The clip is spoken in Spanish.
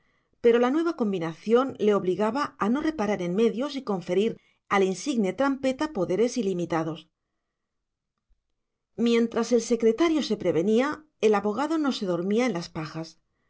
pero la nueva combinación le obligaba a no reparar en medios y conferir al insigne trampeta poderes ilimitados mientras el secretario se prevenía el abogado no se dormía en las pajas